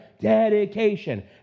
dedication